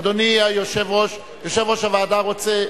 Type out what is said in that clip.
אדוני יושב-ראש הוועדה רוצה